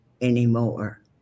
anymore